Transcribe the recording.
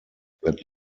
that